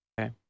Okay